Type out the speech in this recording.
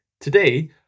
Today